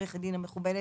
עורכת הדין המכובדת,